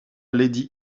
lady